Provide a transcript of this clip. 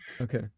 Okay